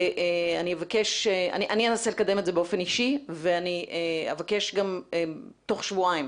אני באופן אישי אנסה לקדם את זה ואני אבקש לחזור תוך שבועיים